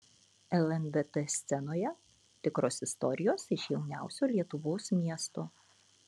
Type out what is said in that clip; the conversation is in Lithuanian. lndt scenoje tikros istorijos iš jauniausio lietuvos miesto